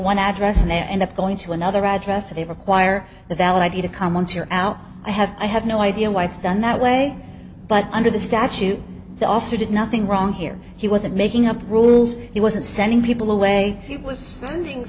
one address and end up going to another address or they require a valid i d to come once you're out i have i have no idea why it's done that way but under the statute the officer did nothing wrong here he wasn't making up rules he wasn't sending people away he was sending